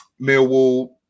Millwall